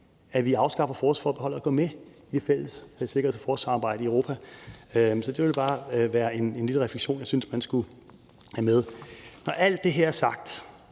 at vi afskaffer forsvarsforbeholdet og går med i det fælles sikkerheds- og forsvarssamarbejde i Europa. Så det var bare en lille reflektion, jeg synes man skulle have med. Når alt det her er sagt,